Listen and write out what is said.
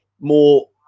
more